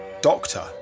Doctor